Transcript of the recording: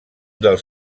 dels